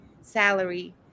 salary